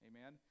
Amen